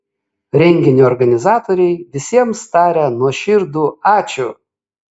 renginio organizatoriai visiems taria nuoširdų ačiū